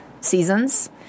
seasons